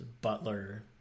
butler